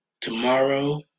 tomorrow